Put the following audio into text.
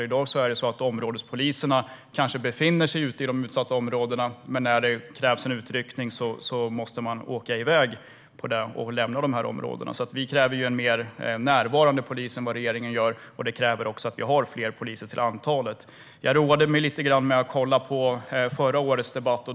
I dag är det nämligen så att områdespoliserna kanske befinner sig ute i de utsatta områdena, men när det krävs en utryckning måste de åka i väg och lämna området. Vi kräver därför en mer närvarande polis än vad regeringen gör, och det kräver också fler poliser till antalet. Jag roade mig lite grann med att kolla på förra årets debatt.